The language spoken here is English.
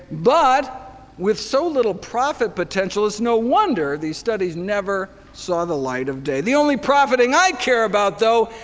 but with so little profit potential, it's no wonder these studies never saw the light of day. the only profiting i care about, though,